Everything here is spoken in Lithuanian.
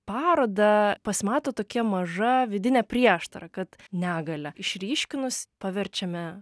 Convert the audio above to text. parodą pasimato tokia maža vidinė prieštara kad negalią išryškinus paverčiame